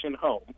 home